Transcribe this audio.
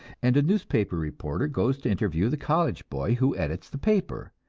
and a newspaper reporter goes to interview the college boy who edits the paper,